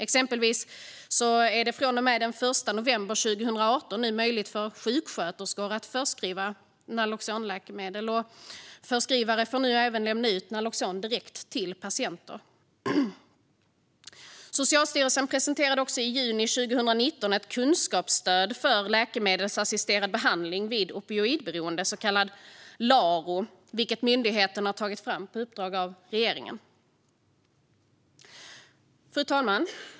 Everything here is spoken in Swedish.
Exempelvis är det från och med den l november 2018 möjligt för sjuksköterskor att förskriva Naloxonläkemedel. Förskrivare får nu även lämna ut Naloxon direkt till patienter. Socialstyrelsen presenterade också i juni 2019 ett kunskapsstöd för läkemedelsassisterad behandling vid opioidberoende, så kallad LARO, vilket myndigheten har tagit fram på uppdrag av regeringen. Fru talman!